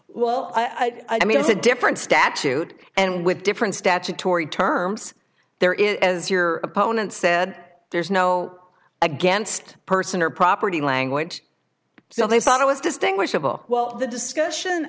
well i mean it's a different statute and with different statutory terms there is as your opponent said there's no against person or property language so they thought it was distinguishable while the discussion